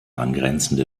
angrenzende